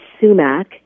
sumac